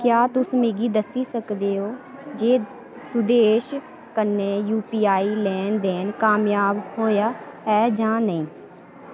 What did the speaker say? क्या तुस मिगी दस्सी सकदे ओ जे सुदेश कन्नै यू पी आई लैन देन कामयाब होएआ ऐ जां नेईं